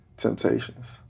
Temptations